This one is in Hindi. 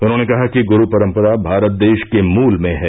उन्होंने कहा कि गुरू परम्परा भारत देष के मूल में है